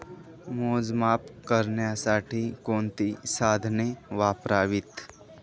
मोजमाप करण्यासाठी कोणती साधने वापरावीत?